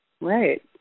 Right